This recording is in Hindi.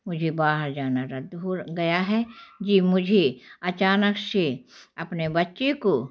मुझे बाहर जाना रद्द हो गया है जी मुझे अचानक से अपने बच्चे को